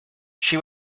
she